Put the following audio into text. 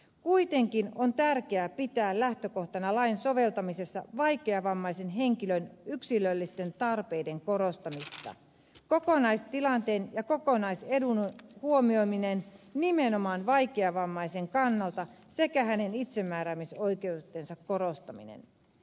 kuitenkin on tärkeää pitää lähtökohtana lain soveltamisessa vaikeavammaisen henkilön yksilöllisten tarpeiden korostamista kokonaistilanteen ja kokonaisedun huomioimista nimenomaan vaikeavammaisen kannalta sekä hänen itsemääräämisoikeutensa korostamista